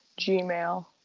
Gmail